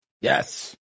Yes